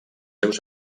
seus